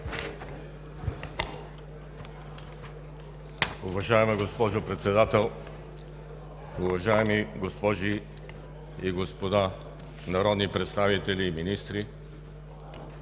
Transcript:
уважаема госпожо Председател. Уважаеми госпожи и господа народни представители, колеги министри!